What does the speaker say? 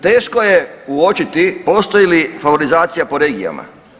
Teško je uočiti postoji li favorizacija po regijama.